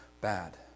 bad